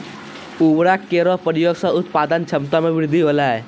उर्वरक केरो प्रयोग सें उत्पादन क्षमता मे वृद्धि होलय